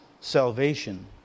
salvation